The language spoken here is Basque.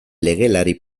legelari